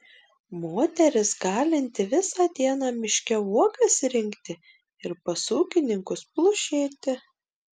moteris galinti visą dieną miške uogas rinkti ir pas ūkininkus plušėti